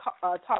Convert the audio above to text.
talk